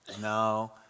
No